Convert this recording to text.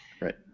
Right